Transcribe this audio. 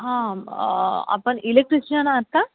हां आपण इलेक्ट्रिशियन आहात का